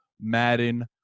Madden